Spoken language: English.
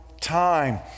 time